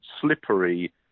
slippery